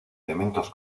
elementos